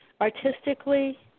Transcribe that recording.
Artistically